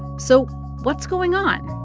so what's going on?